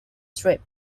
strip